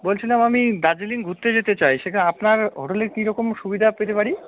বলছিলাম আমি দার্জিলিং ঘুরতে যেতে চাই সেটা আপনার হোটেলে কী রকম সুবিধা পেতে পারি